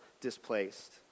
displaced